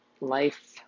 Life